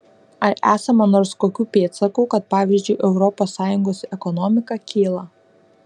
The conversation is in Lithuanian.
ar esama nors kokių pėdsakų kad pavyzdžiui europos sąjungos ekonomika kyla